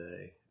today